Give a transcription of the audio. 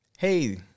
Hey